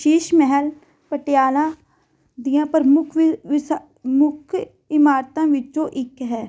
ਸ਼ੀਸ਼ ਮਹਿਲ ਪਟਿਆਲਾ ਦੀਆਂ ਪ੍ਰਮੁੱਖ ਮੁੱਖ ਇਮਾਰਤਾਂ ਵਿੱਚੋਂ ਇੱਕ ਹੈ